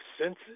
senses